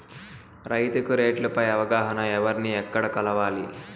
రైతుకు రేట్లు పై అవగాహనకు ఎవర్ని ఎక్కడ కలవాలి?